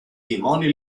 dimoni